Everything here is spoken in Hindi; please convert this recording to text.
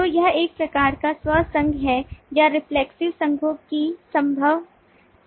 तो यह एक प्रकार का स्व संघ है या reflexive संघों भी संभव हैं